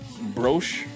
brooch